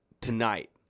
Tonight